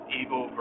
evil